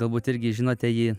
galbūt irgi žinote jį